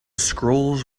scrolls